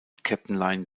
captain